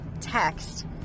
text